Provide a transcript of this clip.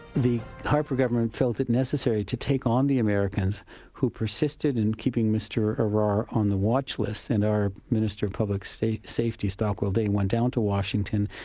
the harper government felt it necessary to take on the americans who persisted in keeping mr arar on the watch list, and our minister of public safety, stockwell day, went down to washington,